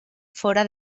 fóra